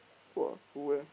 !woah! who eh